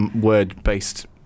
word-based